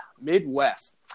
Midwest